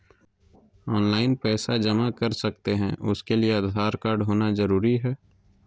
Online पैसा जमा कर सकते हैं उसके लिए आधार कार्ड होना जरूरी है?